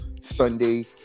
Sunday